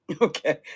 okay